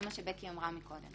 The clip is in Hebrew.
כפי שבקי אמרה מקודם.